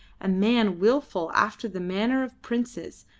a man wilful after the manner of princes,